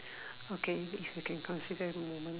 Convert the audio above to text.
okay we can consider in the moment